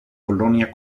colonia